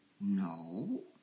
No